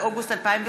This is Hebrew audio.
איתן כבל,